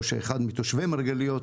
או שאחד מתושבי מרגליות